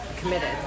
committed